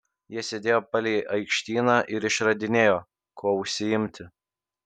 jie sėdėjo palei aikštyną ir išradinėjo kuo užsiimti